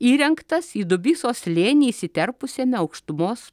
įrengtas į dubysos slėnį įsiterpusiame aukštumos